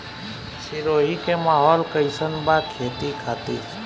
सिरोही के माहौल कईसन बा खेती खातिर?